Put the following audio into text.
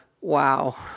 Wow